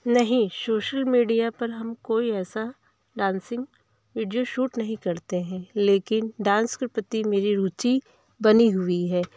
नहीं social media पर हम कोई ऐसा डांसिंग वीडियो शूट नहीं करते हैं लेकिन डांस के प्रति मेरी रुचि बनी हुई है